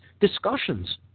discussions